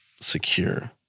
secure